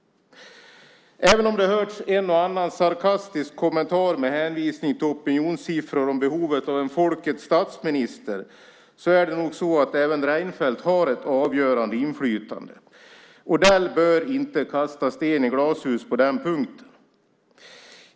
Även om det hörts en och annan sarkastisk kommentar med hänvisning till opinionssiffror om behovet av en folkets statsminister är det nog så att även Reinfeldt har ett avgörande inflytande. Odell bör inte kasta sten i glashus på den punkten.